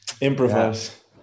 improvise